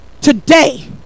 Today